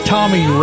Tommy